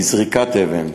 מזריקת אבן,